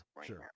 sure